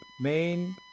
main